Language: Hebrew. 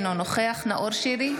אינו נוכח נאור שירי,